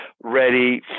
ready